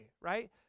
right